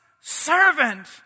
servant